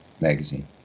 magazine